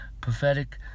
prophetic